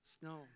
snow